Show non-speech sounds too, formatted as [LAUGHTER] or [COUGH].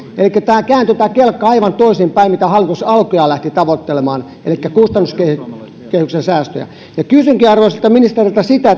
elikkä tämä kelkka kääntyi aivan toisinpäin kuin se mitä hallitus alkujaan lähti tavoittelemaan elikkä kustannuskehyksen säästöjä kysynkin arvoisalta ministeriltä sitä [UNINTELLIGIBLE]